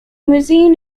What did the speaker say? museum